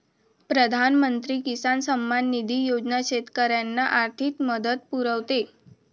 प्रधानमंत्री किसान सन्मान निधी योजना शेतकऱ्यांना आर्थिक मदत पुरवते